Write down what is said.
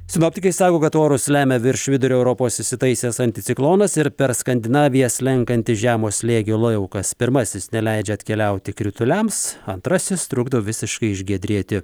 sinoptikai sako kad orus lemia virš vidurio europos įsitaisęs anticiklonas ir per skandinaviją slenkantis žemo slėgio laukas pirmasis neleidžia atkeliauti krituliams antrasis trukdo visiškai išgiedrėti